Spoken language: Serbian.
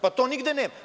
Pa, to nigde nema.